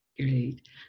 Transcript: Great